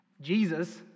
Jesus